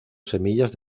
semillas